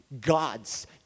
God's